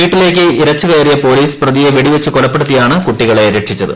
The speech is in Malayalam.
വീട്ടിലേക്ക് ഇരച്ചു കയറിയ പൊലീസ് പ്രതിയെ വെടി വച്ചു കൊലപ്പെടുത്തിയാണ് കുട്ടികളെ രക്ഷിച്ചത്